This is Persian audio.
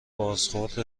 بازخورد